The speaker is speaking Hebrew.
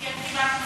כן קיבלנו מספיק.